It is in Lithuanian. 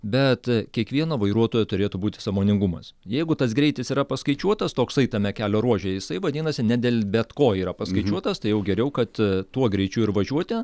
bet kiekvieno vairuotojo turėtų būti sąmoningumas jeigu tas greitis yra paskaičiuotas toksai tame kelio ruože jisai vadinasi ne dėl bet ko yra paskaičiuotas tai jau geriau kad tuo greičiu ir važiuoti